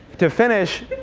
to finish,